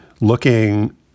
looking